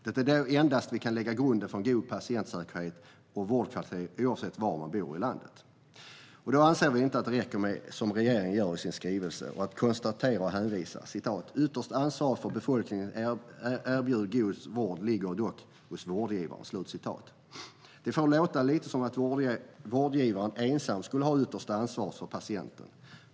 Det är endast så vi kan lägga grunden för en god patientsäkerhet och vårdkvalitet oavsett var man bor i landet. Då anser vi inte att det räcker att göra som regeringen gör i skrivelsen, nämligen konstatera och hänvisa till att "det yttersta ansvaret för att befolkningen erbjuds god vård ligger dock på vårdgivarna". De får det att låta lite som att vårdgivarna ensamma skulle ha det yttersta ansvaret för patienten.